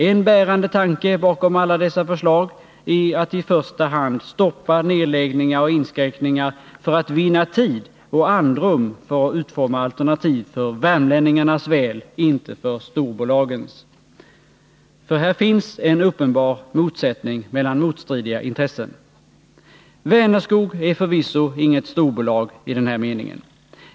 En bärande tanke bakom alla dessa förslag är att i första hand stoppa nedläggningar och inskränkningar i syfte att vinna tid och få andrum för att utforma alternativ för värmlänningarnas väl — inte för storbolagens — för här finns en uppenbar motsättning mellan motstridiga intressen. Vänerskog är förvisso inget storbolag i denna mening.